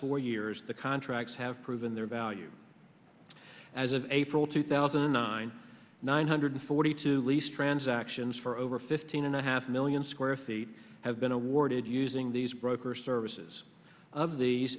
four years the contracts have proven their value as of april two thousand and nine nine hundred forty two least transactions for over fifteen and a half million square feet have been awarded using these broker services of the